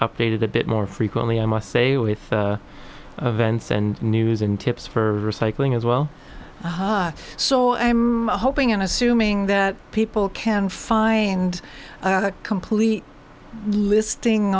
updated a bit more frequently i must say with events and news in tips for recycling as well so i'm hoping and assuming that people can find a complete listing